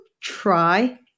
try